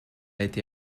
été